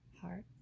heart